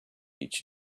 each